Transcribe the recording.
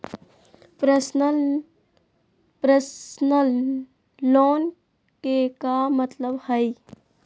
Personal loan के का मतलब हई?